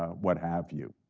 ah what have you.